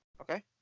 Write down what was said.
Okay